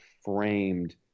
framed